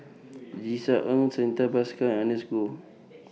Tisa Ng Santha Bhaskar Ernest Goh